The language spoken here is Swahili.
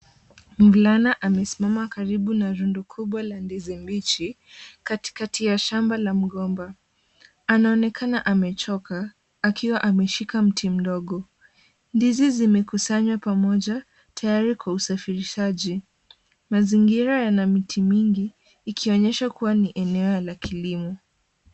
Mvulana amesimama karibu na rundu kubwa la ndizi mbichi katikati ya shamba la mgomba. Anaonekana amechoka akiwa ameshika mti mdogo. Ndizi zimekusanywa pamoja tayari kwa usafirishaji. Mazingira yana miti mingi ikionyesha kuwa ni eneo la kilimo.